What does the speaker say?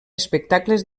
espectacles